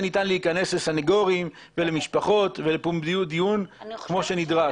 ניתן להיכנס לסנגורים ולמשפחות ולפומביות דיון כמו שנדרש.